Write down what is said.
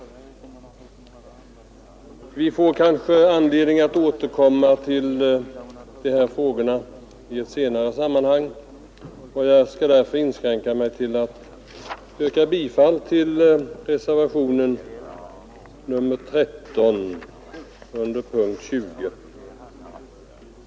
Vi får kanske anledning att återkomma till dessa frågor i ett senare sammanhang, och jag skall därför inskränka mig till att yrka bifall till reservationen 13 vid punkten 20.